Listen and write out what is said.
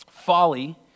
Folly